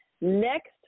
Next